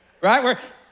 Right